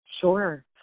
Sure